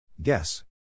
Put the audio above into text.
Guess